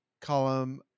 column